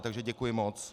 Takže děkuji moc.